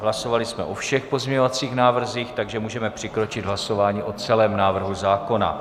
Hlasovali jsme o všech pozměňovacích návrzích, takže můžeme přikročit k hlasování o celém návrhu zákona.